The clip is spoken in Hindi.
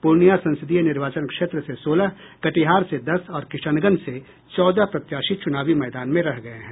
पूर्णियां संसदीय निर्वाचन क्षेत्र से सोलह कटिहार से दस और किशनगंज से चौदह प्रत्याशी चुनावी मैदान में रह गये हैं